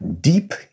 deep